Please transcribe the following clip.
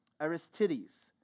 Aristides